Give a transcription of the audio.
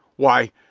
why,